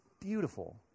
beautiful